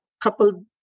couple